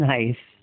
Nice